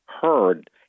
heard